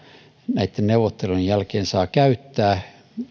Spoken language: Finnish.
näitten neuvottelujen jälkeen saa käyttää